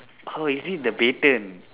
oh is it the baton